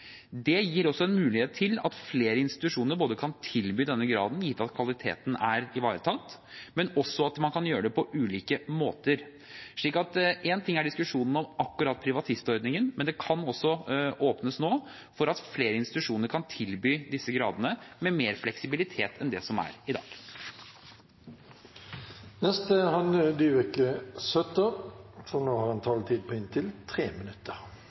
Det gir også en mulighet for at flere institusjoner kan tilby denne graden gitt at kvaliteten er ivaretatt, men også at man kan gjøre det på ulike måter. Så én ting er diskusjonen om akkurat privatistordningen, men det kan også åpnes nå for at flere institusjoner kan tilby disse gradene med mer fleksibilitet enn det som er i dag. Jo, jeg gleder meg til behandlingen vi skal ha nå